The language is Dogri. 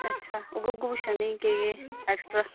अच्छा उ'यै उ'यै पुच्छा नि केह् केह् एक्स्ट्रा